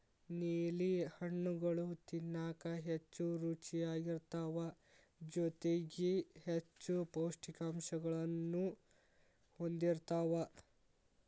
ನೇಲಿ ಹಣ್ಣುಗಳು ತಿನ್ನಾಕ ಹೆಚ್ಚು ರುಚಿಯಾಗಿರ್ತಾವ ಜೊತೆಗಿ ಹೆಚ್ಚು ಪೌಷ್ಠಿಕಾಂಶಗಳನ್ನೂ ಹೊಂದಿರ್ತಾವ